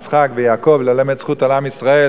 יצחק ויעקב ללמד זכות על עם ישראל,